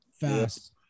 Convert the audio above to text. fast